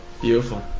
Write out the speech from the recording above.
beautiful